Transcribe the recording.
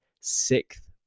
sixth